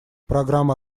программа